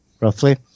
roughly